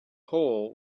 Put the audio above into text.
hole